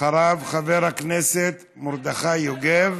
אחריו, חבר הכנסת מרדכי יוגב.